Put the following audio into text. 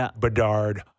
Bedard